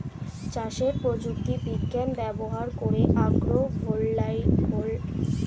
চাষে প্রযুক্তি বিজ্ঞান ব্যবহার করে আগ্রো ভোল্টাইক ইউজ করে